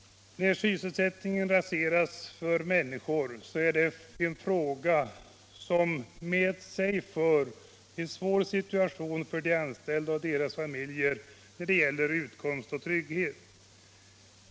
När sysselsättningsmöjligheterna försvinner för människor medför det en svår situation för de anställda och deras familjer då det gäller utkomst och trygghet.